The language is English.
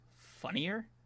funnier